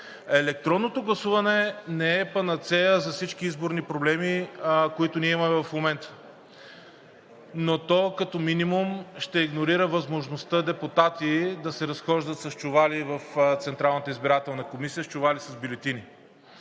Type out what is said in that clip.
Електронното гласуване не е панацея за всички изборни проблеми, които ние имаме в момента, но то като минимум ще игнорира възможността депутати да се разхождат с чували с бюлетини в Централната избирателна комисия. Електронното